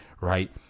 right